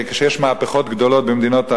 כשיש מהפכות גדולות במדינות ערב,